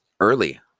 early